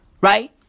Right